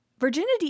virginity